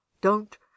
Don't